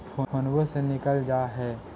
फोनवो से निकल जा है?